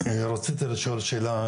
אתה רצית לשאול שאלה,